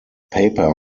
paper